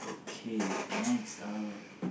okay next um